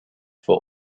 for